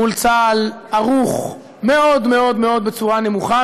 מול צה"ל הערוך בצורה מאוד מאוד מאוד נמוכה,